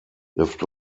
lived